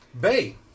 Bay